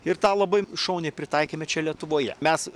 ir tą labai šauniai pritaikėme čia lietuvoje mes